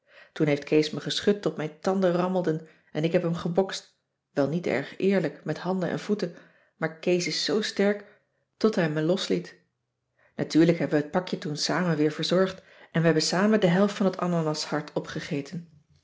toen heeft kees me geschud tot mijn tanden rammelden en ik heb hem gebokst wel niet erg eerlijk met handen en voeten maar kees is zoo sterk tot hij me losliet natuurlijk hebben we het pakje toen samen weer verzorgd en we hebben samen de helft van het ananashart opgegeten